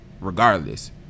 regardless